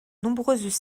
nombreuses